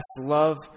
love